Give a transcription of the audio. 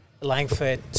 Langford